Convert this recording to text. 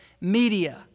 media